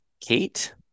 Kate